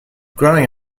growing